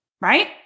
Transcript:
right